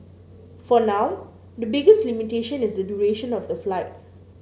for now the biggest limitation is the duration of the flight